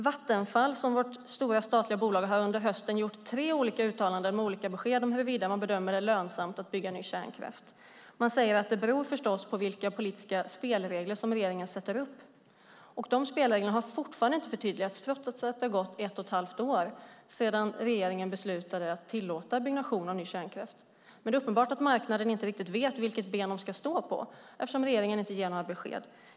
Vattenfall, vårt stora statliga bolag, har under hösten gjort tre olika uttalanden med olika besked om huruvida man bedömer det lönsamt att bygga ny kärnkraft. Man säger att det beror på vilka politiska spelregler som regeringen sätter upp. De spelreglerna har fortfarande inte förtydligats, trots att det har gått ett och ett halvt år sedan regeringen beslutade att tillåta byggnation av ny kärnkraft. Det är uppenbart att marknaden inte riktigt vet vilket ben man ska stå på eftersom regeringen inte ger några besked.